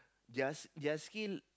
they're they're skill